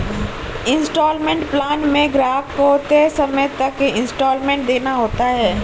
instalment plan में ग्राहक को तय समय तक इन्सटॉलमेंट देना होता है